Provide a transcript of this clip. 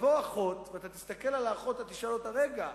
ותבוא אחות, אתה תסתכל על האחות ותשאל אותה: רגע,